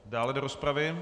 Dále do rozpravy?